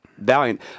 Valiant